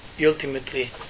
ultimately